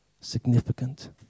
significant